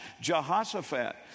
Jehoshaphat